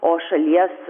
o šalies